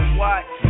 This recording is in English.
watch